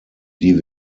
die